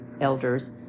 elders